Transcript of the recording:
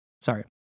Sorry